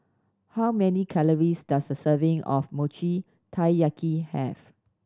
how many calories does a serving of Mochi Taiyaki have